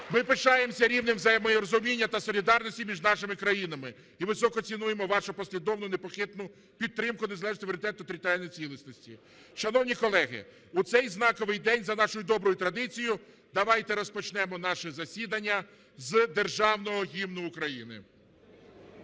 ми пишаємося рівнем взаєморозуміння та солідарності між нашими країнами і високо цінуємо вашу послідовну непохитну підтримку незалежності, суверенітету, територіальної цілісності. Шановні колеги, у цей знаковий день за нашою доброю традицією давайте розпочнемо наше засідання з Державного Гімну України.